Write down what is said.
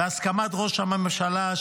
ובהסכמת ראש הממשלה,